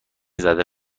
زده